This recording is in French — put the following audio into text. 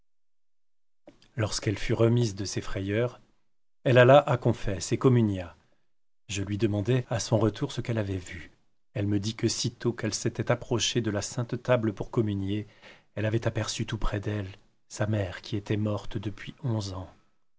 lorsqu'elle fût remise de ses frayeurs elle alla à confesse et communia je lui demandai à son retour ce qu'elle avait vu elle me dit que sitôt qu'elle s'était approchée de la sainte table pour communier elle avait apperçu tout près d'elle sa mère qui était morte depuis onze ans